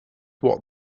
what